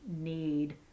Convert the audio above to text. need